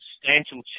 substantial